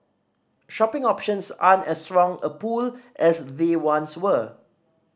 shopping options aren't as strong a pull as they once were